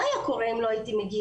מה היה קורה אם לא הייתי מגיעה?